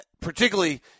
particularly